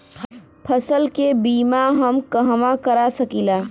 फसल के बिमा हम कहवा करा सकीला?